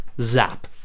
zap